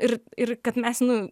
ir ir kad mes nu